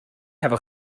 hefo